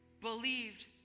believed